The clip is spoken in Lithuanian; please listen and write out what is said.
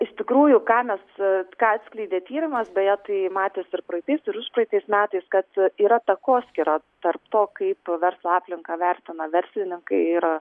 iš tikrųjų ką mes ką atskleidė tyrimas beje tai matėsi ir praeitais ir užpraeitais metais kad yra takoskyra tarp to kaip verslo aplinką vertina verslininkai ir